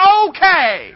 okay